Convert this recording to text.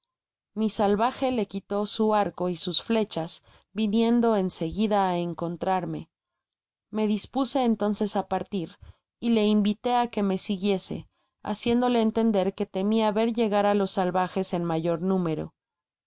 mi salvaje le quitó su arco y sus flechas viniendo en seguida á encontrarme me dispuse entonces á partir y le invité á que me siguiese ha ciéndole entender que temia ver llegar á los salvajes en mayor número